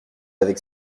avec